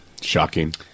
Shocking